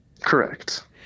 Correct